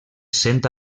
cent